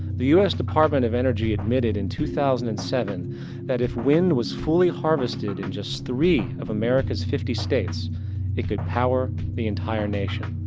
the us department of energy admitted in two thousand and seven that if wind was fully harvested in just three of americas fifty states it could power the entire nation.